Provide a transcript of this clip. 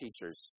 teachers